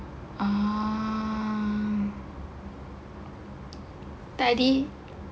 ah tadi